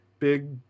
Big